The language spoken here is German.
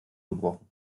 gebrochen